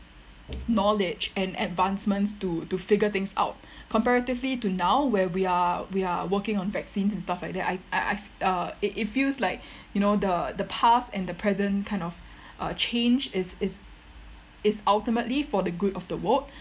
knowledge and advancements to to figure things out comparatively to now where we are we are working on vaccine and stuff like that I I I f~ uh it it feels like you know the the past and the present kind of uh change is is is ultimately for the good of the world